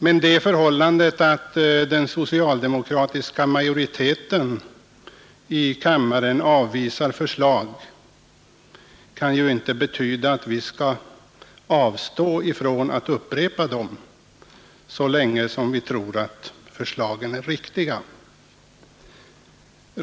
Men det förhållandet att den socialdemokratiska majoriteten avvisar förslag kan ju inte betyda att vi skall avstå från att upprepa dem så länge som vi tror att förslagen är riktiga.